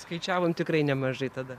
skaičiavom tikrai nemažai tada